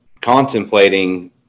contemplating